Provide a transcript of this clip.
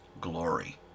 glory